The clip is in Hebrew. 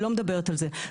לא מדברת על זה.